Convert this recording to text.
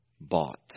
Bought